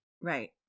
Right